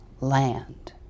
land